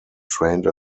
trained